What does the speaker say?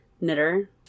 knitter